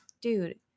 dude